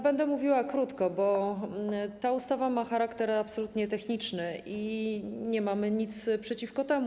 Będę mówiła krótko, bo ta ustawa ma charakter absolutnie techniczny i nie mamy nic przeciwko temu.